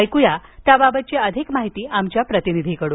ऐकुया याबाबत अधिक माहिती आमच्या प्रतिनिधीकडून